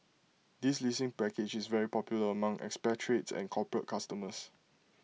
this leasing package is very popular among expatriates and corporate customers